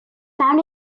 found